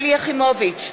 שלי יחימוביץ,